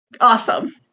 Awesome